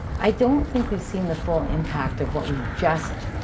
i don't think we've seen the full impact of what we just